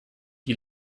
die